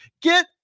Get